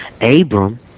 Abram